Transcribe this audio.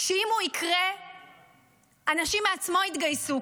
שאם הוא יקרה אנשים מעצמם יתגייסו,